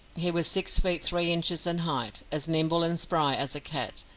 he was six feet three inches in height, as nimble and spry as a cat,